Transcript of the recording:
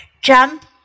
Jump